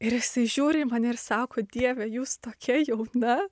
ir jisai žiūri į mane ir sako dieve jūs tokia jauna